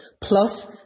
plus